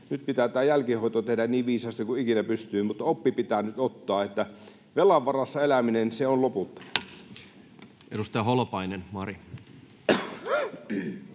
Nyt pitää tämä jälkihoito tehdä niin viisaasti kuin ikinä pystyy, mutta oppi pitää nyt ottaa, että velan varassa elämisen on loputtava. [Speech 22]